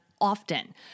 often